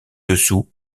dessous